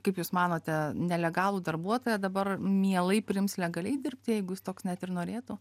kaip jūs manote nelegalų darbuotoją dabar mielai priims legaliai dirbti jeigu jis toks net ir norėtų